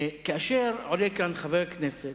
כאשר עולה כאן חבר כנסת,